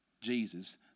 Jesus